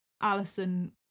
Allison